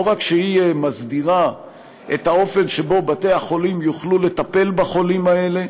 לא רק שהיא מסדירה את האופן שבו בתי-החולים יוכלו לטפל בחולים האלה,